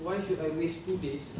why should I waste two days